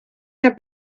naar